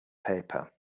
paper